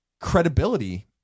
credibility